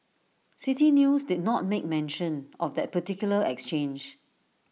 City News did not make mention of that particular exchange